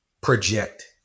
project